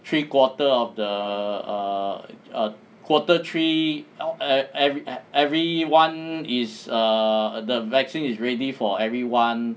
three quarter of the err err quarter three e~ e~ everyone is err the vaccine is ready for everyone